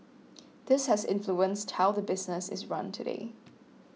this has influenced how the business is run today